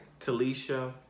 Talisha